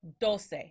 Dulce